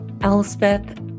Elspeth